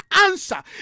answer